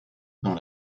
dans